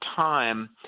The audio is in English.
time